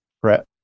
prep